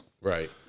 Right